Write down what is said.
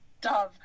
Dove